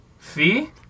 See